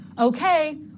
Okay